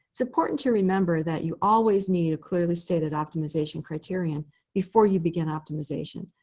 it's important to remember that you always need a clearly stated optimization criterion before you begin optimization.